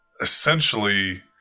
essentially